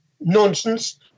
nonsense